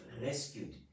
rescued